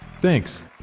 Thanks